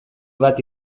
bat